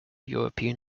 european